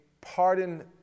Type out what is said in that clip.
pardon